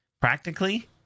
practically